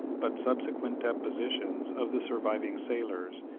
but subsequent depositions of the surviving sailors,